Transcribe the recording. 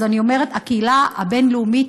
אז אני אומרת: הקהילה הבין-לאומית,